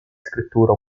scrittura